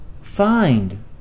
find